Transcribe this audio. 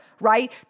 right